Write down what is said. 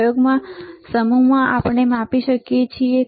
પ્રયોગના સમૂહમાં આપણે માપી શકીએ છીએ